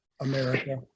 America